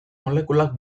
molekulak